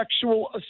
sexual